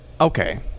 okay